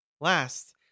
Last